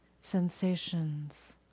sensations